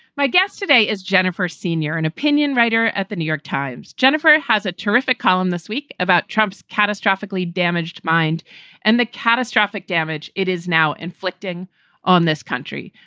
my guest today is jennifer senior, an opinion writer at the new york times. jennifer has a terrific column this week about trump's catastrophically damaged mind and the catastrophic damage it is now inflicting on this country.